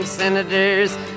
Senators